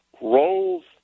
Roles